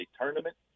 tournament